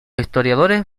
historiadores